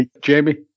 Jamie